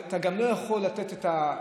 אתה גם לא יכול לתת את המינימום,